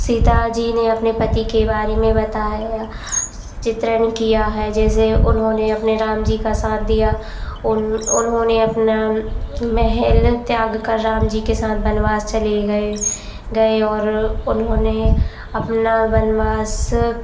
सीता जी ने अपने पति के बारे में बताया चित्रण किया है जैसे उन्होंने अपने राम जी का साथ दिया उन उन्होंने अपना महल त्याग कर राम जी के साथ वनवास चले गए गए और उन्होंने अपना वनवास